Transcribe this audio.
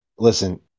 Listen